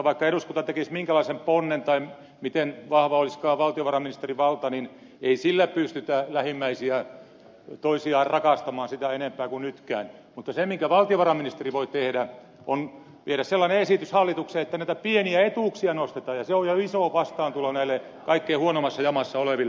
vaikka eduskunta tekisi minkälaisen ponnen tai valtiovarainministerin valta olisi miten vahva niin ei sillä pystytä lähimmäisiä rakastamaan sen enempää kuin nytkään mutta se minkä valtiovarainministeri voi tehdä on se että vie sellaisen esityksen hallitukseen että näitä pieniä etuuksia nostetaan ja se on jo iso vastaantulo näille kaikkein huonoimmassa jamassa oleville